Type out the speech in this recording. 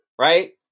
Right